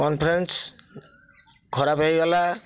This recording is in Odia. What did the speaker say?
କଣ୍ଟରେନ୍ସ ଖରାପ ହୋଇଗଲା